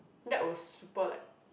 that was super like